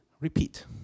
repeat